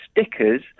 stickers